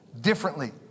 differently